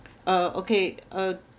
uh okay uh